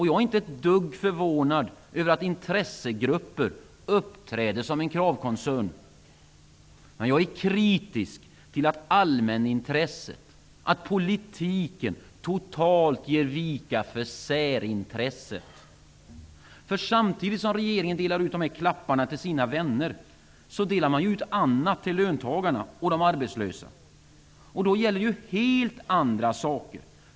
Jag är inte ett dugg förvånad över att intressegrupper uppträder som kravkoncern. Men jag är kritisk till att allmänintresset, politiken, totalt ger vika för särintresset. Samtidigt som regeringen delar ut klappar till sina vänner delar man ut annat till löntagarna och de arbetslösa. Då gäller det något helt annat.